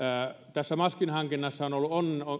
tässä maskinhankinnassa on ollut